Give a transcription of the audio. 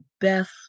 best